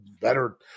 better